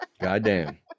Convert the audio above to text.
Goddamn